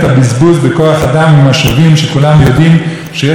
וכולם יודעים שיש אנשים שכל מה שיש להם זה שהם